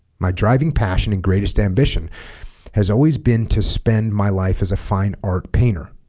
my driving passion and greatest ambition has always been to spend my life as a fine art painter